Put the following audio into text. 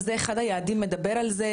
ואחד היעדים מדבר על זה,